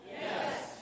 Yes